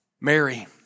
Mary